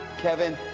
kevin,